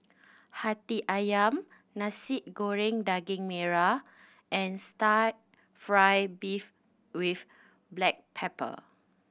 Hati Ayam Nasi Goreng Daging Merah and style fry beef with black pepper